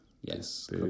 Yes